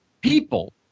people